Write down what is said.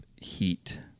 Heat